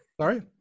Sorry